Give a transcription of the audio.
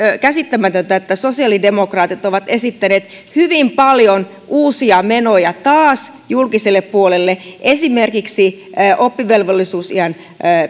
käsittämätöntä että sosiaalidemokraatit ovat esittäneet taas hyvin paljon uusia menoja julkiselle puolelle esimerkiksi oppivelvollisuusiän